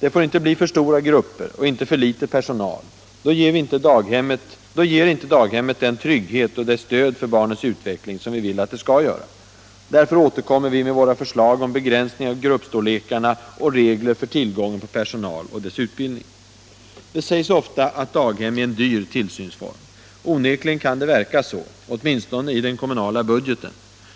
Det får inte bli för stora grupper och inte för litet personal. Då ger inte daghemmet den trygghet och det stöd för barnens utveckling som vi vill att det skall ge. Därför återkommer vi med våra förslag om begränsning av gruppstorlekarna och regler för personaltäthet och utbildningskrav. Det sägs ofta att daghem är en dyr tillsynsform. Onekligen kan det Allmänpolitisk debatt Allmänpolitisk debatt verka så, åtminstone i den kommunala budgeten.